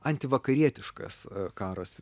antivakarietiškas karas